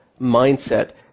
mindset